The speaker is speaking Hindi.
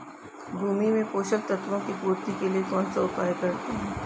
भूमि में पोषक तत्वों की पूर्ति के लिए कौनसा उपाय करते हैं?